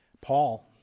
Paul